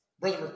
Brother